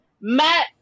matt